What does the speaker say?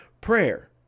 prayer